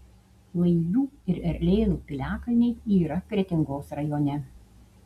laivių ir erlėnų piliakalniai yra kretingos rajone